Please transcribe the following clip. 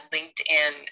LinkedIn